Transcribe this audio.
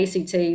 ACT